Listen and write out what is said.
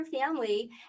family